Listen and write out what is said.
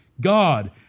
God